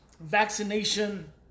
vaccination